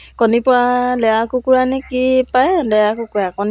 মই চিলাই প্ৰতি সেইকাৰণে চাগে ইমান আজি আগ্ৰহী